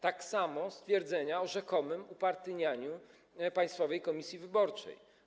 Tak samo jak stwierdzenia o rzekomym upartyjnianiu Państwowej Komisji Wyborczej.